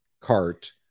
cart